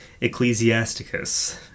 Ecclesiasticus